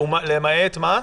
למעט מה?